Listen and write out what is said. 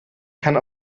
kann